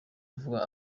avuga